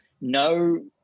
no